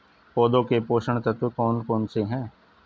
पौधों के पोषक तत्व कौन कौन से हैं?